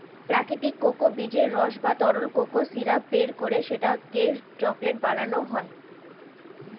প্রাকৃতিক কোকো বীজের রস বা তরল কোকো সিরাপ বের করে সেটাকে চকলেট বানানো হয়